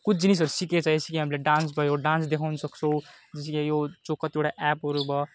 कुछ जिनिसहरू सिकेछ जस्तो कि हामीले डान्स भयो डान्स देखाउन सक्छौँ जस्तो कि यो जो कतिवटा एपहरू भयो